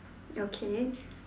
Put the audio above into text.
okay